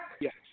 Yes